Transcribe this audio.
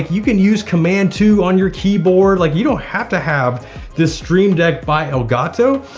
you can use command two on your key board. like, you don't have to have this stream deck by elgato,